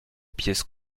pièce